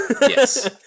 yes